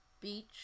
beach